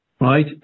right